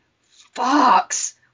Fox